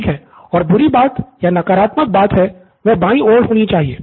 pro बाला और बुरी बात या नकारात्मक बात है तो वह बायीं ओर होनी चाहिए